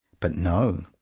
but, no!